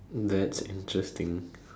that's interesting